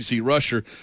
rusher